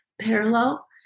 parallel